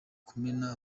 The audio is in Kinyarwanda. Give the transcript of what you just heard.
kumena